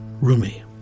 Rumi